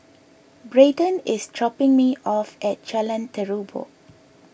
Braeden is dropping me off at Jalan Terubok